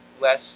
less